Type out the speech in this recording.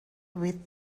with